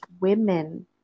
women